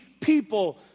people